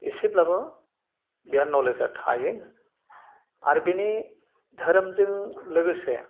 एसेब्लाबो बेहा नलेजआ थायो आरो बेनि धोरोमजों लोगोसे